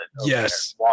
Yes